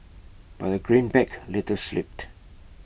but A greenback later slipped